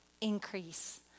increase